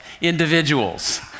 individuals